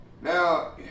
Now